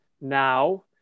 now